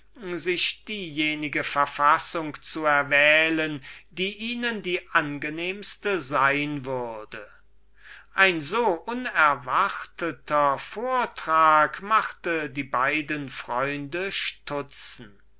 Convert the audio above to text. sich diejenige verfassung zu erwählen die ihnen die angenehmste sein würde ein so unerwarteter vortrag machte die beiden freunde stutzen